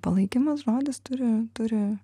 palaikymas žodis turi turi